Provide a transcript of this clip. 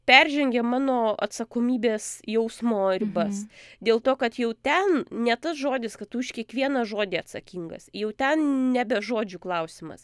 peržengia mano atsakomybės jausmo ribas dėl to kad jau ten ne tas žodis kad tu už kiekvieną žodį atsakingas jau ten nebe žodžių klausimas